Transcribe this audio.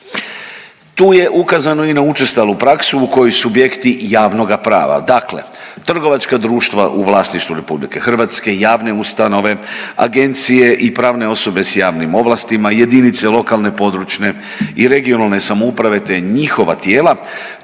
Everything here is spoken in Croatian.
Tu je ukazano i na učestalu praksu u kojoj subjekti javnoga prava, dakle trgovačka društva u vlasništvu RH, javne ustanove, agencije i pravne osobe s javnim ovlastima, jedinice lokalne, područne i regionalne samouprave te njihova tijela